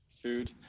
food